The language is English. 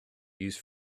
used